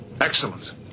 Excellent